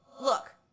Look